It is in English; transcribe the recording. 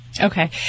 Okay